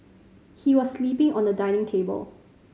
he was sleeping on a dining table